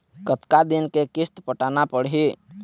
कतका दिन के किस्त पटाना पड़ही?